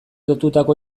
lotutako